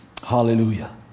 Hallelujah